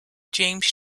james